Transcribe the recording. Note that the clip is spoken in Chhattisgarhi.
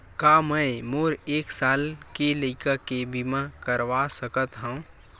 का मै मोर एक साल के लइका के बीमा करवा सकत हव?